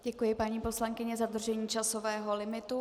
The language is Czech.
Děkuji, paní poslankyně za dodržení časového limitu.